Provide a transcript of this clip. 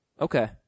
Okay